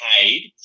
paid